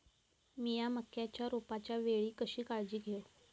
मीया मक्याच्या रोपाच्या वेळी कशी काळजी घेव?